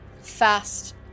fast